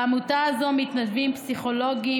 בעמותה הזו מתנדבים פסיכולוגים,